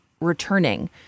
returning